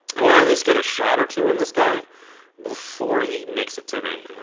i want to at least get a shot or two on this guy before he makes it to me.